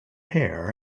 pear